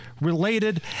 related